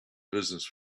business